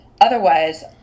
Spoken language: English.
otherwise